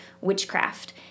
witchcraft